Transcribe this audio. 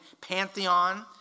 pantheon